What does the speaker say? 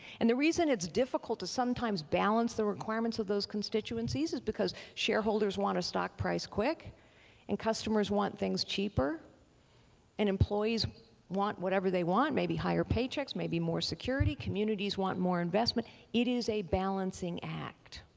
and the reason it's difficult to sometimes balance the requirements of those constituencies is because shareholders want a stock price quick and customers want things cheaper and employees want whatever they want, maybe higher paychecks maybe more security, communities want more investment. it is a balancing act.